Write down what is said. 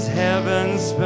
heaven's